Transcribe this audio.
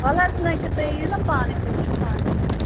وَلہٕ حظ نہَ کہِ تُہۍ یِیِو نا پانَے تُہۍ وُچھِو پانے حظ